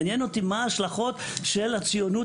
מעניין אותי מהן ההשלכות של הציונות,